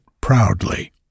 proudly